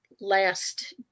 last